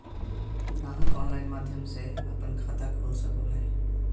ग्राहक ऑनलाइन माध्यम से अपन खाता खोल सको हइ